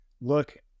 look